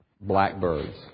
blackbirds